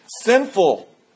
Sinful